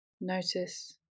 Notice